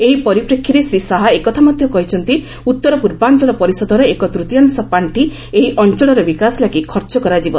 ଏହି ପରିପ୍ରେକ୍ଷୀରେ ଶ୍ରୀ ଶାହା ଏକଥା ମଧ୍ୟ କହିଛନ୍ତି ଉତ୍ତର ପୂର୍ବାଞ୍ଚଳ ପରିଷଦର ଏକ ତୂତୀୟାଂଶ ପାଖି ଏହି ଅଞ୍ଚଳର ବିକାଶ ଲାଗି ଖର୍ଚ୍ଚ କରାଯିବ